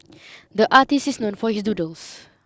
the artist is known for his doodles